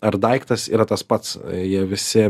ar daiktas yra tas pats jie visi